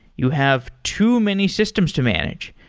you have too many systems to manage.